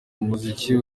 umuziki